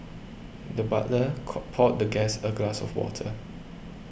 the butler co poured the guest a glass of water